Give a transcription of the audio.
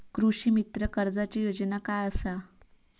कृषीमित्र कर्जाची योजना काय असा?